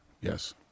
Yes